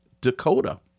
Dakota